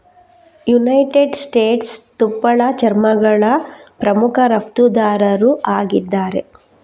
United States ತುಪ್ಪಳ ಚರ್ಮಗಳ ಪ್ರಮುಖ ರಫ್ತುದಾರರು ಆಗಿದ್ದಾರೆ